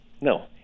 No